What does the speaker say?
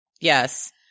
Yes